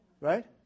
Right